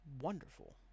wonderful